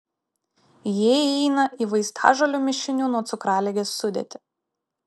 jie įeina į vaistažolių mišinių nuo cukraligės sudėtį